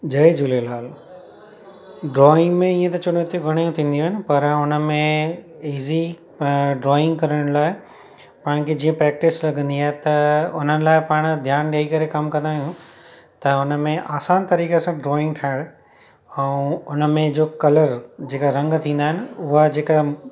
जय Jhulelal drawing में ईअं त चुनौतियूं घणियूं थींदियूं आहिनि पर हुनमें इज़ी अ ड्रॉइंग करण लाइ पाण खे जीअं प्रैक्टिस लॻंदी आहे त उन्हनि लाइ पाण ध्यानु ॾेई करे कमु कंदा आहियूं त उनमें आसान तरीक़े सां ड्रॉइंग ठायण ऐं हुनमें जो कलर जेका रंग थींदा आहिनि उहा जेका